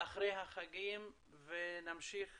אחרי החגים ונמשיך